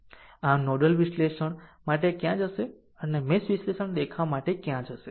આમ નોડલ વિશ્લેષણ માટે ક્યાં જશે અને મેશ વિશ્લેષણ દેખાવ માટે ક્યાં જશે